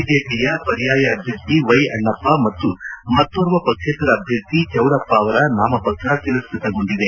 ಬಿಜೆಪಿಯ ಪರ್ಯಾಯ ಅಭ್ಯರ್ಥಿ ವೈಅಣ್ಣಪ್ಪ ಮತ್ತು ಮತ್ತೋರ್ವ ಪಕ್ಷೇತರ ಅಭ್ಯರ್ಥಿ ಚೌಡಪ್ಪ ಅವರ ನಾಮ ಪತ್ರ ತಿರಸ್ವತಗೊಂಡಿದೆ